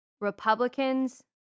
Republicans